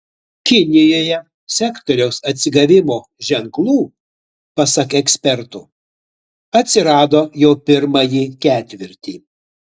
kinijoje sektoriaus atsigavimo ženklų pasak ekspertų atsirado jau pirmąjį ketvirtį